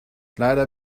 leider